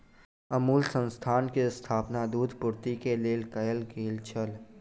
अमूल संस्थान के स्थापना दूध पूर्ति के लेल कयल गेल छल